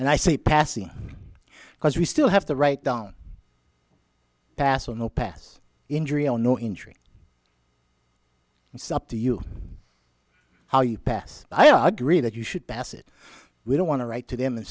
and i say passing because we still have to write down pass or no pass injury or no injury and sup to you how you pass i agree that you should pass it we don't want to write to them and